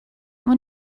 when